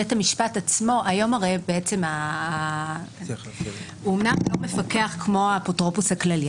אמנם היום בית המשפט לא מפקח כמו האפוטרופוס הכללי,